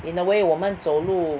in a way 我们走路